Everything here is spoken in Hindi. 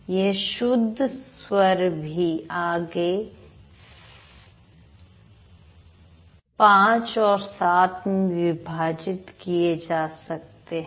यह शुद्ध स्वर भी आगे ५ और ७ में विभाजित किए जा सकते हैं